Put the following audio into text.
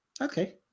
Okay